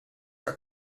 are